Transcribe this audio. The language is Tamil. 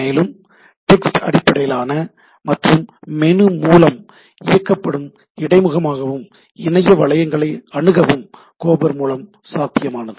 மேலும் டெக்ஸ்ட் அடிப்படையிலான மற்றும் மெனு மூலம் இயக்கப்படும் இடைமுகமாகவும் இணைய வளங்களை அனுகவும் கோபர் மூலம் சாத்தியமானது